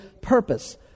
purpose